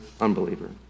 unbeliever